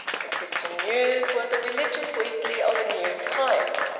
the christian news was a religious weekly of a new type.